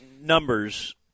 numbers